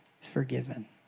forgiven